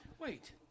Wait